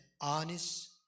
honest